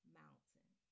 mountain